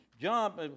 Jump